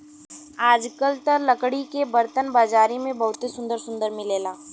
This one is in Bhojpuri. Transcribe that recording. आजकल त लकड़ी के बरतन बाजारी में बहुते सुंदर सुंदर मिलेला